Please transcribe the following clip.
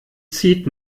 zieht